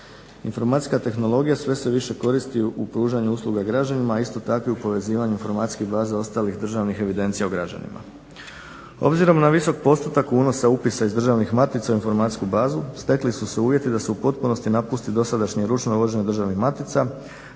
Informacijska tehnologija sve se više koristi u pružanje usluga građanima, a isto tako i u povezivanju informacijskih baza ostalih državnih evidencija o građanima. Obzirom na visok postotak unosa upisa iz državnih matica u informacijsku bazu stekli su se uvjeti da se u potpunosti napusti dosadašnje ručno vođenje državnih matica